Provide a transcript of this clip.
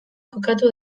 kokatu